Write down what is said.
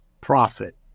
profit